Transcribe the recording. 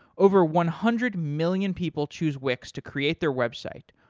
over one hundred million people choose wix to create their website.